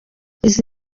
izi